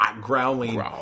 growling